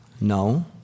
No